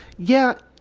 yeah,